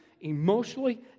emotionally